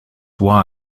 why